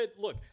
look